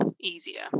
easier